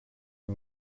and